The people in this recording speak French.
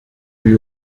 lui